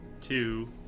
two